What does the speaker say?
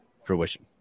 fruition